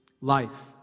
life